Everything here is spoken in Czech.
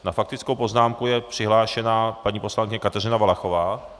Na faktickou poznámku je přihlášená paní poslankyně Kateřina Valachová.